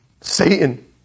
Satan